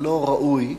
ככללו ראוי,